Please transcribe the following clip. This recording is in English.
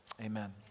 Amen